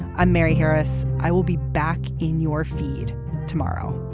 i'm mary harris. i will be back in your feed tomorrow.